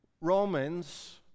Romans